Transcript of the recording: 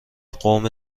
قوم